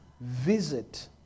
visit